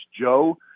Joe